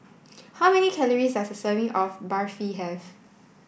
how many calories does a serving of Barfi have